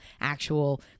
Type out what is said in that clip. actual